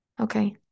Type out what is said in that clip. Okay